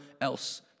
else